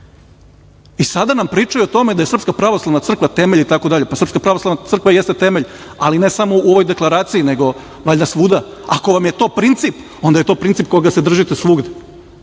i sada nam pričaju o tome da je SPC temelj itd. Srpska pravoslavna crkva jeste temelj, ali ne samo u ovoj deklaraciji. Valjda svuda. Ako vam je to princip, onda je to princip koga se držite svugde,